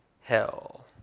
hell